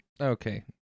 Okay